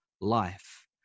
life